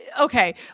okay